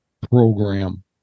Program